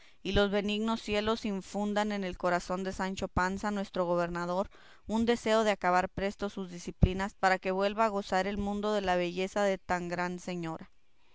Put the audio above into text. y los benignos cielos infundan en el corazón de sancho panza nuestro gobernador un deseo de acabar presto sus diciplinas para que vuelva a gozar el mundo de la belleza de tan gran señora